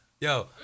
Yo